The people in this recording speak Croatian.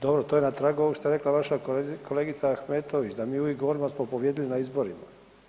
Dobro, to je na tragu ovog što je rekla vaša kolegica Ahmetović da mi uvijek govorimo da smo pobijedili na izborima.